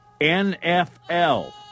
NFL